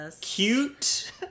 cute